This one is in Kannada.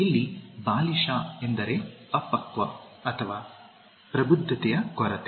ಇಲ್ಲಿ ಬಾಲಿಶ ಎಂದರೆ ಅಪಕ್ವ ಅಥವಾ ಪ್ರಬುದ್ಧತೆಯ ಕೊರತೆ